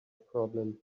problem